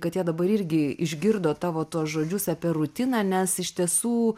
kad jie dabar irgi išgirdo tavo tuos žodžius apie rutiną nes iš tiesų